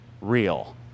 real